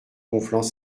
conflans